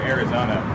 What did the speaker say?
Arizona